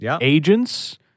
agents